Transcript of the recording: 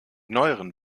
neueren